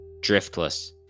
driftless